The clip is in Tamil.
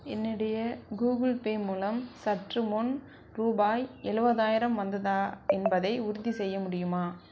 என்னுடைய கூகிள் பே மூலம் சற்றுமுன் ரூபாய் எழுவதாயிரம் வந்ததா என்பதை உறுதிசெய்ய முடியுமா